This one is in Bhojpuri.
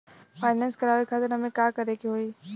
फाइनेंस करावे खातिर हमें का करे के होई?